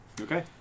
Okay